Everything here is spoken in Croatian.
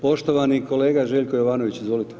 Poštovani kolega Željko Jovanović, izvolite.